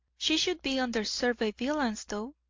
she should be under surveillance, though,